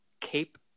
Cape